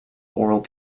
oral